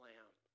Lamb